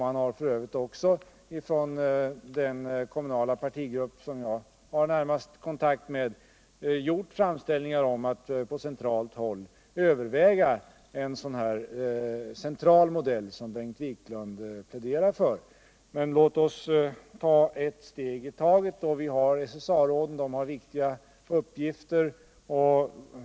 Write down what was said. Man har f. ö. också från den kommunala partigrupp jag närmast har kontakt med gjort framställningar om att det på centralt håll bör övervägas en sådan här central modell som Bengt Wiklund pläderar för. Men låt oss ta ett steg i taget. Vi har SSA-råden och de har viktiga uppgifter.